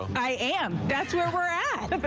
i am that's where we're at.